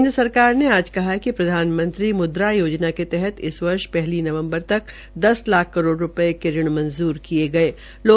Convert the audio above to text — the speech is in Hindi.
केन्द्र सरकार ने आज कहा है कि प्रधानमंत्री मुद्रा योजना के तहत इस वर्ष पहली नवम्बर तक दस लाख करोड़ रूपये के ऋण मंजूर किये गये है